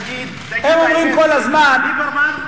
הם כל הזמן אומרים,